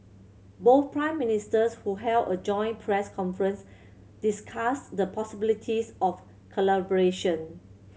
both Prime Ministers who held a joint press conference discussed the possibilities of collaboration